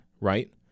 right